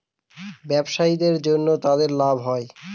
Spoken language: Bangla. ব্যবসায়ীদের জন্য তাদের লাভ হয়